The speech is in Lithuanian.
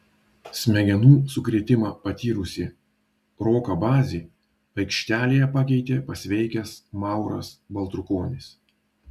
smegenų sukrėtimą patyrusį roką bazį aikštelėje pakeitė pasveikęs mauras baltrukonis